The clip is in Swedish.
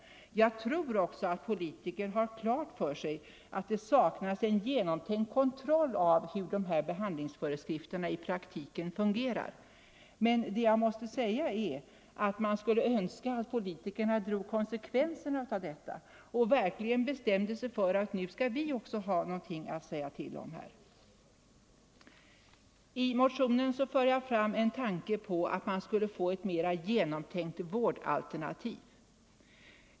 Jag tror också att politiker har klart för sig att det saknas en genomtänkt kontroll av hur dessa behandlingsföreskrifter i praktiken fungerar. Man skulle önska att politikerna drog konsekvenserna av detta och verkligen bestämde sig för att ge sin uppfattning till känna. I motionen för jag också fram tanken på att man skulle få ett mer genomtänkt vårdalternativ.